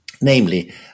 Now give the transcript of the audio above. Namely